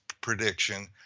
prediction